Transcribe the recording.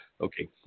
Okay